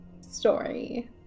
story